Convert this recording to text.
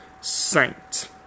saint